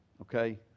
Okay